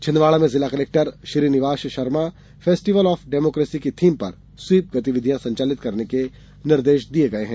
छिन्दवाड़ा में जिला collector Shrinivas Sharma festival of democracy की थीम पर स्वीप गतिविधियां संचालित करने के निर्देश दिये हैं